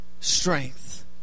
strength